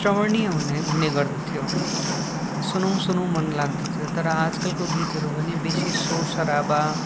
श्रवणीय हुने गर्दथ्यो सुनौँ सुनौँ मन लाग्दथ्यो तर आजकलको गीतहरू पनि बेसी सोरसाराबा